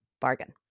bargain